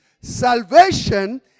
Salvation